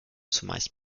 zumeist